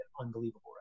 unbelievable